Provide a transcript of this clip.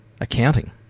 accounting